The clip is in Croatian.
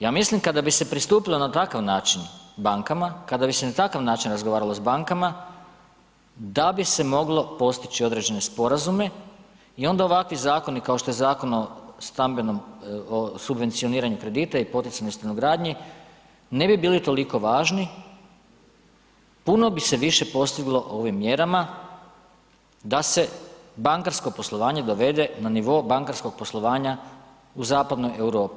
Ja mislim kada bi se pristupilo na takav način bankama, kada bi se na takav način razgovaralo s bankama da bi se moglo postići određene sporazume i onda ovakvi zakoni kao što je Zakon o stambenom subvencioniranju kredita i poticajnoj stanogradnji ne bi bili toliko važni, puno bi se više postiglo ovim mjerama da se bankarsko poslovanje dovede na nivo bankarskog poslovanja u zapadnoj Europi.